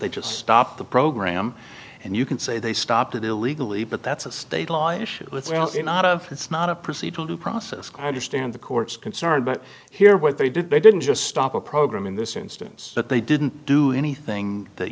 they just stop the program and you can say they stopped it illegally but that's a state law issue not of it's not a procedural due process i just and the courts concerned but here what they did they didn't just stop a program in this instance but they didn't do anything that